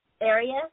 area